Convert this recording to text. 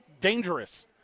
dangerous